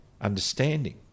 understanding